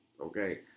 okay